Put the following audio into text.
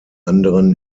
anderen